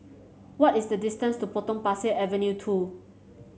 what is the distance to Potong Pasir Avenue two